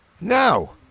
no